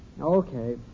Okay